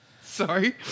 sorry